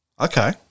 Okay